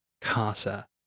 Casa